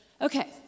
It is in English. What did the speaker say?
okay